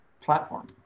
platform